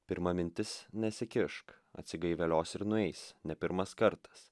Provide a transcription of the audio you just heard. pirma mintis nesikišk atsigaivelios ir nueis ne pirmas kartas